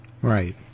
right